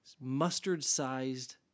mustard-sized